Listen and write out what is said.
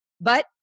but-